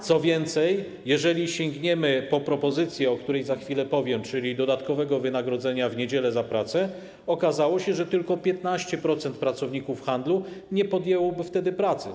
Co więcej, jeżeli sięgniemy po propozycję, o której za chwilę powiem, czyli dodatkowego wynagrodzenia w niedzielę za pracę, okaże się, że tylko 15% pracowników handlu nie podjęłoby wtedy pracy.